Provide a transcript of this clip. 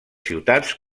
ciutats